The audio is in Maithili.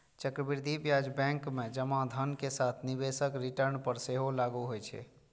चक्रवृद्धि ब्याज बैंक मे जमा धन के साथ निवेशक रिटर्न पर सेहो लागू होइ छै